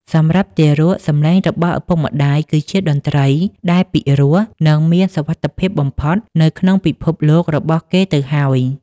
សម្រាប់ទារក សំឡេងរបស់ឪពុកម្ដាយគឺជាតន្ត្រីដែលពិរោះ និងមានសុវត្ថិភាពបំផុតនៅក្នុងពិភពលោករបស់គេទៅហើយ